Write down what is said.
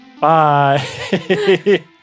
bye